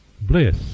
bliss